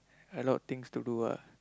a lot things to do ah